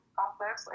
complex